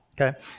okay